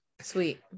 Sweet